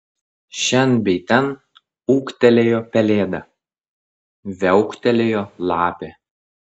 šen bei ten ūktelėjo pelėda viauktelėjo lapė